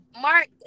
Mark